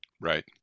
right